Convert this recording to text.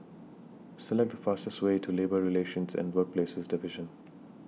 Select The fastest Way to Labour Relations and Workplaces Division